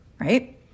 right